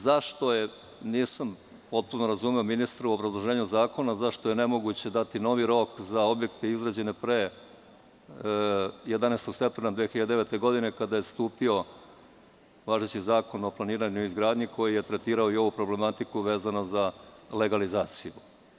Zašto je, nisam potpuno razumeo ministra, u obrazloženju zakona, nemoguće dati novi rok za objekte izgrađene pre 11. septembra 2009. godine, kada je stupio važeći Zakon o planiranju i izgradnji, koji je tretirao i ovu problematiku, vezano za legalizaciju?